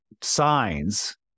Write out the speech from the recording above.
signs